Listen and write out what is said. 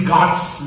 God's